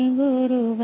guru